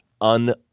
un